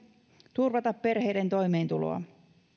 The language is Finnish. turvata perheiden toimeentuloa